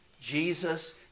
Jesus